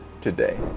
today